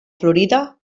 florida